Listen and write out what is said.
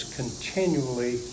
continually